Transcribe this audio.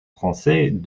français